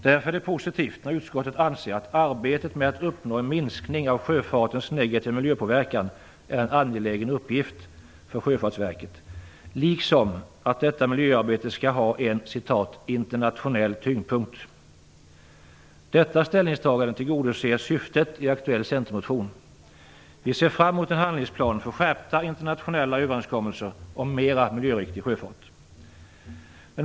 Därför är det positivt när utskottet anser att arbetet med att uppnå en minskning av sjöfartens negativa miljöpåverkan är en angelägen uppgift för Sjöfartsverket liksom att detta miljöarbete skall ha en Detta ställningstagande tillgodoser syftet i en aktuell centermotion. Vi ser fram emot en handlingsplan för skärpta internationella överenskommelser om mera miljöriktig sjöfart.